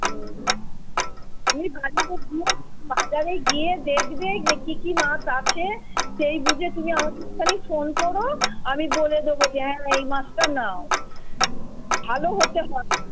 হুম তুমি বাজারে গিয়ে বাজারে গিয়ে দেখবে যে কি কি মাছ আছে সেই বুঝে তুমি আমাকে একটুখানি ফোন করো আমি বলে দেব যে হ্যাঁ এই মাছটা নাও ভালো হতে হবে